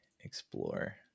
Explore